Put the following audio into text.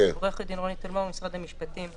אני עורכת הדין רוני טלמור ממשרד המשפטים.